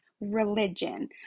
religion